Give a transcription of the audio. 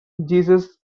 jesus